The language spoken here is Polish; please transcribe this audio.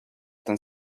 ten